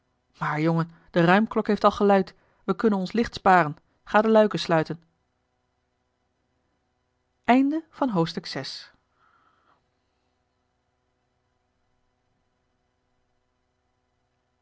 maar jongen de ruimklok heeft al geluid we konnen ons licht sparen ga de luiken sluiten